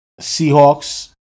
Seahawks